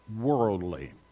worldly